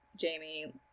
Jamie